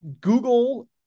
Google